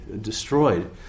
destroyed